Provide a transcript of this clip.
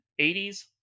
80s